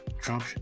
Trump